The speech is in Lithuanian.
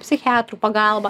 psichiatrų pagalba